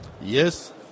Yes